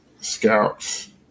Scouts